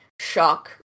shock